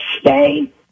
stay